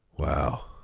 Wow